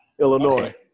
Illinois